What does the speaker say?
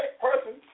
person